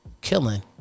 killing